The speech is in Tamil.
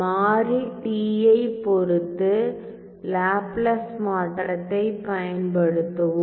மாறி t ஐப் பொறுத்து லாப்லாஸ் மாற்றத்தைப் பயன்படுத்துவோம்